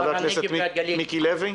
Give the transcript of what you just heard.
חבר הכנסת מיקי לוי?